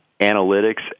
analytics